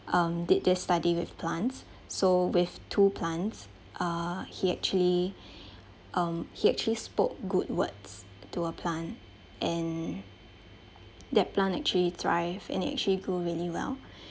um did this study with plants so with two plants uh he actually um he actually spoke good words to a plant and that plan actually thrive and actually grow really well